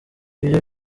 ibyo